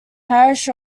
parish